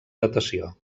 datació